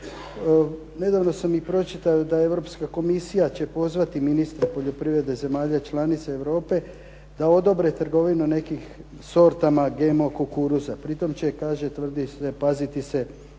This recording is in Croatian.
Nedavno sam pročitao i da Europska komisija će pozvati ministre poljoprivrede zemalja članica Europe da odobre trgovinu nekim sortama GMO kukuruza. Pri tom će kaže tvrdi se paziti se